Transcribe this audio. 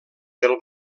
del